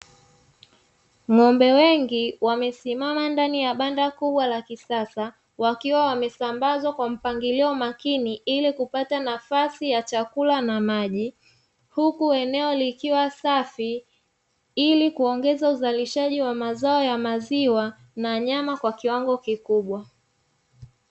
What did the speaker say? Ng'ombe wengi wamesimama ndani ya banda kubwa la kisasa wakiwa wamesambazwa kwa mpangiio makini ili kupata nafasi ya chakula na maji. Huku eneo likiwa safi ili kuongeza uzalishaji wa mazao ya maziwa na nyama kwa kiwango kikubwa.